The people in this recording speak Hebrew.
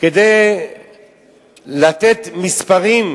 כדי לתת מספרים: